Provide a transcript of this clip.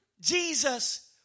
Jesus